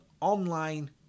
online